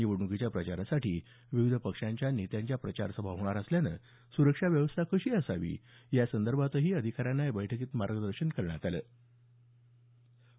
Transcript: निवडणुकीच्या प्रचारासाठी विविध पक्षांच्या नेत्यांच्या प्रचारसभा होणार असल्यानं सुरक्षा व्यवस्था कशी असावी या संदर्भातही अधिकाऱ्यांना या बैठकीत मार्गदर्शन केल्याचं पोलिस महासंचालकांनी सांगितलं